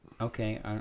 okay